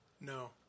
No